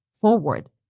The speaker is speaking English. forward